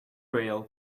rail